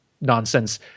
nonsense